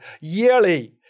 yearly